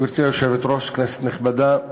גברתי היושבת-ראש, כנסת נכבדה,